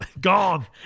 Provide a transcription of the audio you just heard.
Gone